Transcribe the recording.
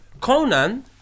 Conan